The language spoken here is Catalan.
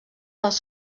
els